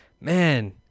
man